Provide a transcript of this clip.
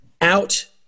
out